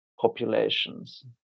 populations